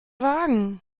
wagen